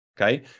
okay